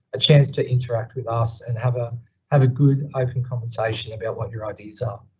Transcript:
a chance to interact with us and have ah have a good open conversation about what your ideas are.